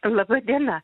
laba diena